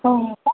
हो का